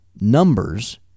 numbers